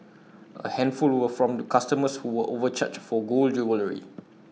A handful were from customers who were overcharged for gold jewellery